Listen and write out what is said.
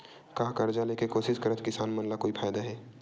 का कर्जा ले के कोशिश करात किसान मन ला कोई फायदा हे?